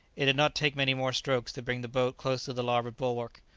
it did not take many more strokes to bring the boat close to the larboard bulwark,